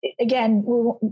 again